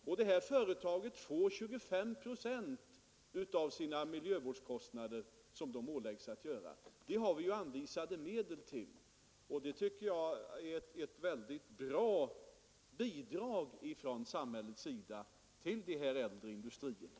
Och det företag som det här gäller får statsbidrag med 25 procent av kostnaden för de miljövårdsåtgärder som företaget åläggs att vidta. Detta har vi anvisade medel till, och det tycker jag är ett väldigt bra bidrag från samhällets sida till de äldre industrierna.